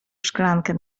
szklankę